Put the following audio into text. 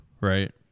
right